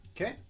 Okay